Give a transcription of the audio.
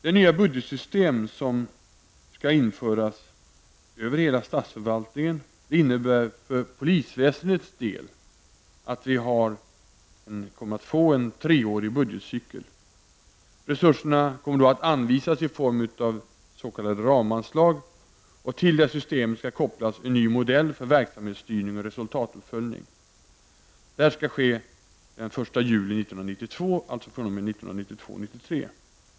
Det nya budgetsystem som skall införas över hela statsförvaltningen innebär för polisväsendets del att man kommer att få en treårig budgetcykel. Resurserna kommer att anvisas i form av s.k. ramanslag. Till systemet skall kopplas en ny modell för verksamhetsstyrning och resultatuppföljning. Det skall ske den 1 juli 1992 -- och gäller alltså fr.o.m. budgetåret 1992/93.